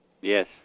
Yes